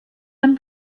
ein